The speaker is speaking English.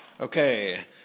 Okay